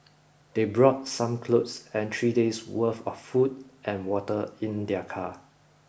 they brought some clothes and three days' worth of food and water in their car